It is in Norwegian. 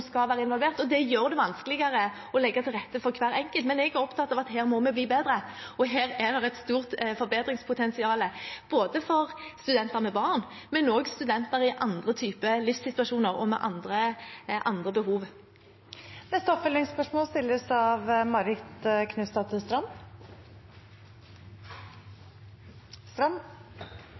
gjør det vanskeligere å legge til rette for hver enkelt. Men jeg er opptatt av at her må vi bli bedre, og her er det et stort forbedringspotensial, både for studenter med barn og for studenter i andre typer livssituasjoner og med andre behov. Marit Knutsdatter Strand – til oppfølgingsspørsmål.